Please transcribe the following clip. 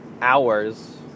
hours